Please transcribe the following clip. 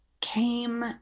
came